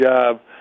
job